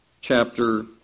chapter